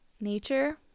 nature